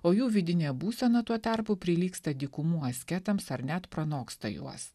o jų vidinė būsena tuo tarpu prilygsta dykumų asketams ar net pranoksta juos